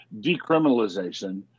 Decriminalization